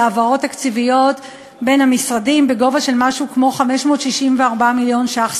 להעברות תקציביות בין המשרדים בגובה של משהו כמו 564 מיליון ש"ח,